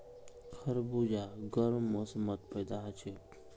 खरबूजा गर्म मौसमत पैदा हछेक